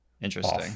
Interesting